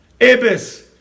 Ibis